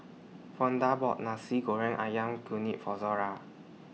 Fonda bought Nasi Goreng Ayam Kunyit For Zora